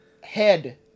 head